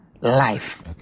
life